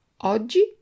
Oggi